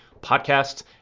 podcasts